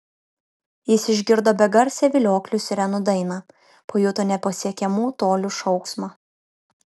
jis išgirdo begarsę vilioklių sirenų dainą pajuto nepasiekiamų tolių šauksmą